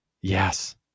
Yes